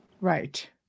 Right